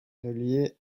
reliée